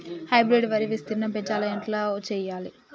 Hybrid వరి విస్తీర్ణం పెంచాలి ఎట్ల చెయ్యాలి?